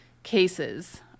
cases